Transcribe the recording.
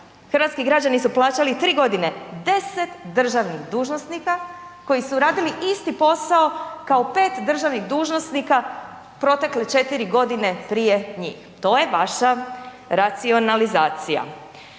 hrvatski građani su plaćali 3 godine 10 državnih dužnosnika koji su radili isti posao kao 5 državnih dužnosnika protekle 4 godine prije njih. To je vaša racionalizacija.